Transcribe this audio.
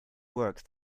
work